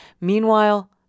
Meanwhile